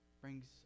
brings